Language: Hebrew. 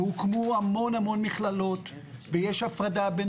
והוקמו המון המון מכללות ויש הפרדה בין